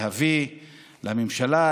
להביא לממשלה,